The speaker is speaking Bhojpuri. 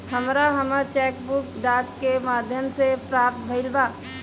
हमरा हमर चेक बुक डाक के माध्यम से प्राप्त भईल बा